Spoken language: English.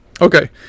Okay